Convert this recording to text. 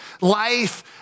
life